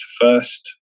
first